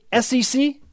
SEC